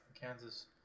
Kansas